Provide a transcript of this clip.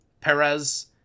Perez